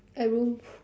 a room